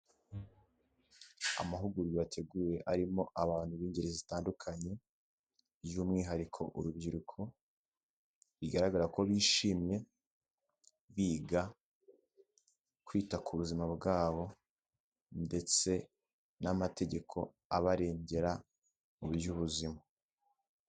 Amahugurwa yateguye arimo abantu b'ingeri zitandukanye by'umwihariko urubyiruko, bigaragara ko bishimye biga kwita ku buzima bwabo ndetse n'amategeko abarengera mu by'ubuzima.